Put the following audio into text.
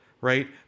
right